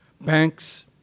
Banks